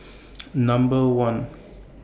Number one